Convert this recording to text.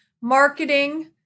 marketing